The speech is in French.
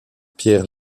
pierre